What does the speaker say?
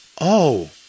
Oh